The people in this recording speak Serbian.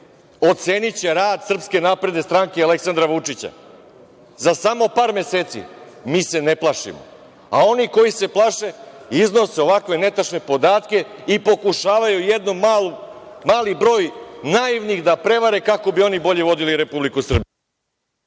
oceniće rad SNS i Aleksandra Vučića. Za samo par meseci. Mi se ne plašimo, a oni koji se plaše iznose ovakve netačne podatke i pokušavaju jedan mali broj naivnih da prevare kako bi oni bolje vodili Republiku Srbiju.